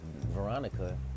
Veronica